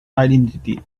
identity